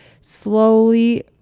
slowly